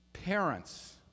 Parents